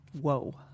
Whoa